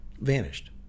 vanished